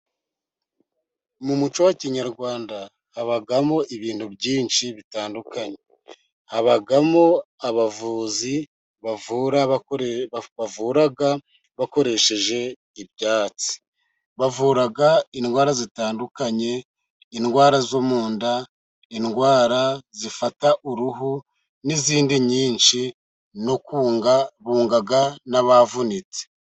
Mu mucyo wa kinyarwanda habamo ibintu byinshi bitandukanye. Habamo abavuzi bavura bakoresheje ibyatsi bavura indwara zitandukanye indwara zo mu nda, indwara zifata uruhu, n'izindi nyinshi no kunga bunga n'abavunitse.